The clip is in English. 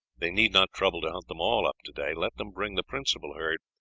they need not trouble to hunt them all up today. let them bring the principal herd,